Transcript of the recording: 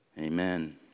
Amen